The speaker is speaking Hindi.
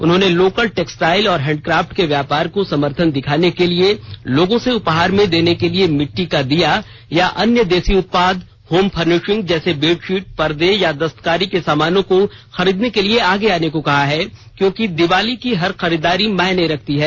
उन्होंने लोकल टेक्स्टाइल और हैंडक्राफ्ट के व्यापार को समर्थन दिखाने के लिए आज लोगों से उपहार में देने के लिए मिट्टी का दीया हो अन्य देसी उत्पाद होम फर्निशिंग जैसे बेड शीट पर्दे या दस्तकारी का सामानों को खरीदनें के लिए आगे आने को कहा है क्योंकि दिवाली की हर खरीदारी मायने रखती है